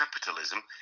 capitalism